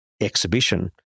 Exhibition